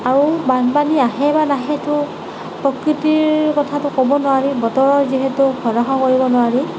আৰু বানপানী আহে বা নাহেটো প্ৰকৃতিৰ কথাতো ক'ব নোৱাৰি বতৰৰ যিহেতু ভৰষা কৰিব নোৱাৰি